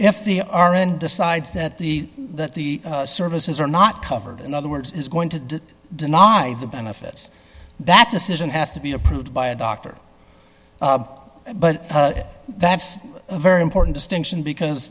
if they are and decides that the that the services are not covered in other words is going to deny the benefits that decision has to be approved by a doctor but that's a very important distinction because